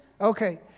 Okay